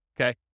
okay